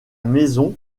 maison